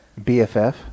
BFF